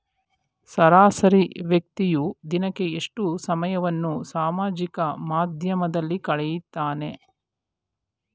ಸರಾಸರಿ ವ್ಯಕ್ತಿಯು ದಿನಕ್ಕೆ ಎಷ್ಟು ಸಮಯವನ್ನು ಸಾಮಾಜಿಕ ಮಾಧ್ಯಮದಲ್ಲಿ ಕಳೆಯುತ್ತಾನೆ?